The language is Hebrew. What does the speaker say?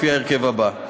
בהרכב שלהלן: